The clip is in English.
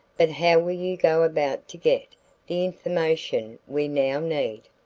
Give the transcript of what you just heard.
but how will you go about to get the information we now need?